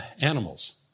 animals